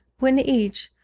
when each,